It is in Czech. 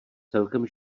celkem